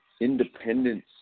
Independence